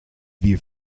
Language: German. wie